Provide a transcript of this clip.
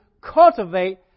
cultivate